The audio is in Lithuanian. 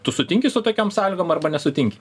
tu sutinki su tokiom sąlygom arba nesutinki